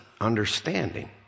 Understanding